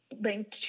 linked